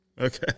Okay